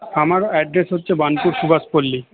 আমার অ্যাড্রেস হচ্ছে one two Subhashpalli